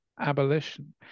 abolition